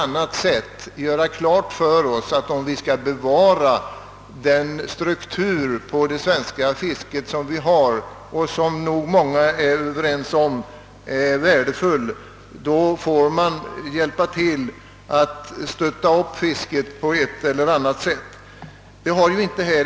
Vi måste göra klart för oss att om vi skall kunna bevara strukturen på det svenska fisket, vilken många är överens om är värdefull, måste vi på ett eller annat sätt stödja fisket.